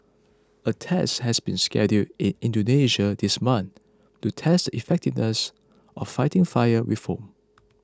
a test has been scheduled in Indonesia this month to test the effectiveness of fighting fire with foam